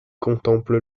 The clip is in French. contemple